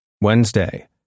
Wednesday